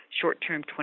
short-term